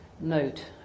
note